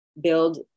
build